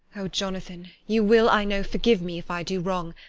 oh, jonathan, you will, i know, forgive me if i do wrong,